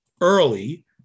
early